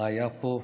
מה היה פה,